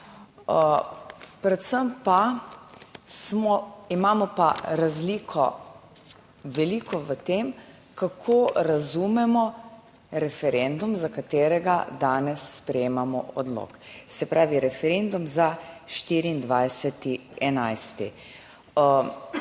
predvsem pa, imamo pa razliko veliko v tem kako razumemo referendum za katerega danes sprejemamo odlok, se pravi referendum za 24. 11..